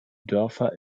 dörfer